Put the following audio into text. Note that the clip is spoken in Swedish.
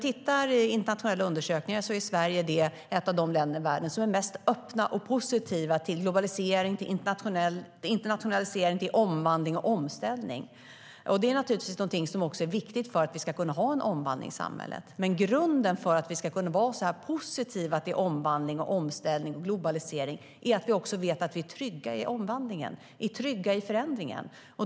I internationella undersökningar är Sverige ett av de länder i världen som är mest öppet och positivt till globalisering, till internationalisering och till omvandling och omställning. Det är viktigt för att vi ska kunna ha en omvandling i samhället. Grunden för att vi ska kunna vara så här positiva till omvandling, omställning och globalisering är att vi vet att vi är trygga i omvandlingen och förändringen.